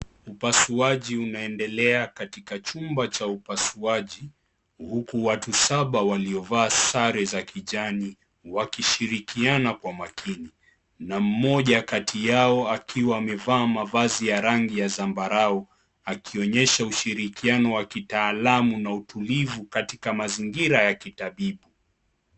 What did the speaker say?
Upasuaji unaendelea katika chumba cha upasuaji huku watu saba waliovaa sare za kijani wakishirikiana kwa makini na mmoja kati yao akiwa amevaa mavazi ya rangi ya zambarau akionyesha ushirikiano wa kitaalamu na utulivu katika mazingira ya kitabibu.